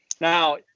now